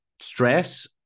Stress